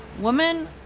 Woman